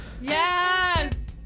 Yes